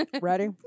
Ready